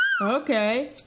okay